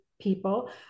people